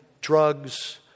drugs